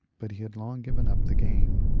but he had long given up the game.